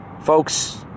Folks